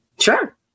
Sure